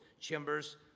chambers